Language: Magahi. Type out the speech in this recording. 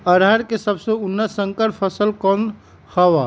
अरहर के सबसे उन्नत संकर फसल कौन हव?